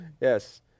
yes